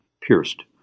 pierced